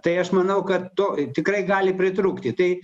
tai aš manau kad to tikrai gali pritrūkti tai